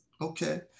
Okay